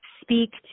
speak